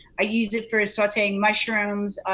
i used it for assorting mushrooms.